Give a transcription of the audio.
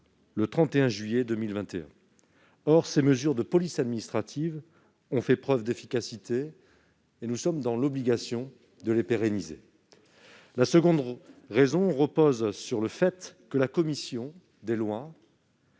le 31 juillet 2021. Ces mesures de police administrative ont fait la preuve de leur efficacité, et nous sommes dans l'obligation de les inscrire dans la loi. La deuxième raison repose sur le fait que la commission des lois